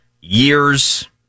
years